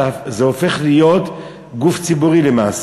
זה הופך להיות גוף ציבורי למעשה.